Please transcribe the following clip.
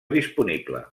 disponible